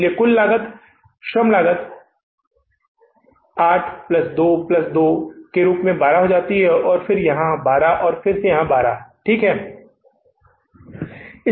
इसलिए कुल लागत श्रम लागत 8 प्लस 2 प्लस 2 के रूप में 12 हो जाती है यहां फिर से 12 है फिर से 12 है ठीक है